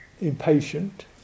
impatient